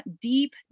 deep